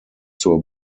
zur